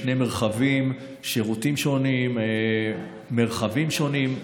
לשני מרחבים, שירותים שונים, מרחבים שונים.